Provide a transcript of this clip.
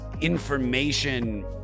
Information